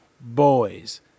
boys